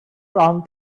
round